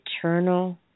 eternal